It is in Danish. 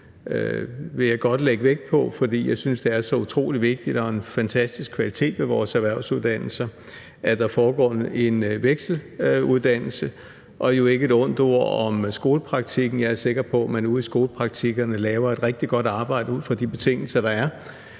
Det vil jeg godt lægge vægt på, for jeg synes, det er så utrolig vigtigt og en fantastisk kvalitet ved vores erhvervsuddannelser, at der foregår en vekseluddannelse. Og jo ikke et ondt ord om skolepraktikken; jeg er sikker på, at man ude i skolepraktikkerne laver et rigtig godt arbejde ud fra de betingelser, der er,